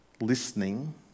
listening